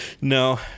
no